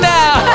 now